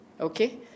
Okay